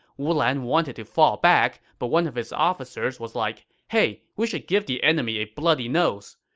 wu lan wanted to fall back, but one of his officers was like, hey, we should give the enemy a bloody nose.